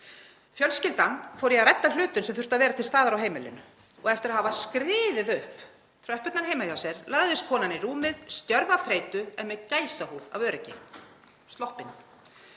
Fjölskyldan fór að redda hlutum sem þurftu að vera til staðar á heimilinu og eftir að hafa skriðið upp tröppurnar heima hjá sér lagðist konan í rúmið stjörf af þreytu en með gæsahúð af öryggi, sloppin.